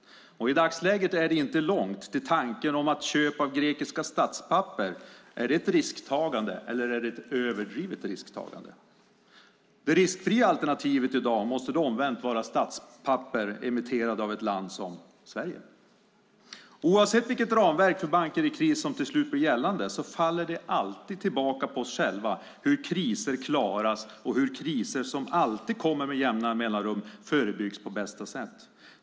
I dagsläget är det inte långt till tanken om köp av grekiska statspapper. Är det ett risktagande eller ett överdrivet risktagande? Det riskfria alternativet i dag måste då omvänt vara statspapper emitterade av ett land som Sverige. Oavsett vilket ramverk för banker i kris som till slut blir gällande faller det alltid tillbaka på oss själva hur kriser klaras och hur kriser, som alltid kommer med jämna mellanrum, förebyggs på bästa sätt.